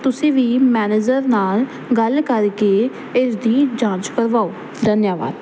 ਤੁਸੀਂ ਵੀ ਮੈਨੇਜਰ ਨਾਲ ਗੱਲ ਕਰਕੇ ਇਸ ਦੀ ਜਾਂਚ ਕਰਵਾਉ ਧੰਨਵਾਦ